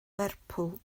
lerpwl